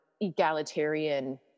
egalitarian